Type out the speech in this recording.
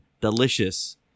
delicious